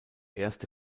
erste